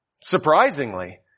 surprisingly